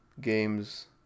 games